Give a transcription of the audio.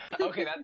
Okay